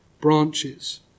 branches